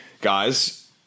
guys